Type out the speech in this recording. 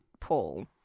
Paul